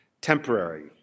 temporary